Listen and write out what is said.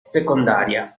secondaria